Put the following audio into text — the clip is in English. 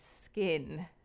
skin